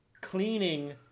cleaning